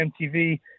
MTV